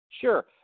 Sure